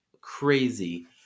crazy